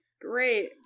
Great